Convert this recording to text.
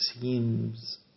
seems